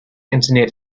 internet